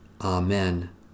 Amen